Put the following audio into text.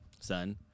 son